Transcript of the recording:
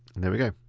and there we go.